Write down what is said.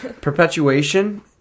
Perpetuation